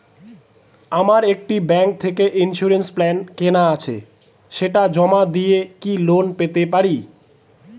আমার একটি ব্যাংক থেকে ইন্সুরেন্স প্ল্যান কেনা আছে সেটা জমা দিয়ে কি লোন পেতে পারি?